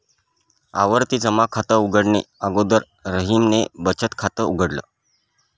आवर्ती जमा खात उघडणे अगोदर रहीमने बचत खात उघडल